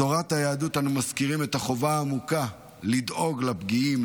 בתורת היהדות אנו מזכירים את החובה העמוקה לדאוג לפגיעים,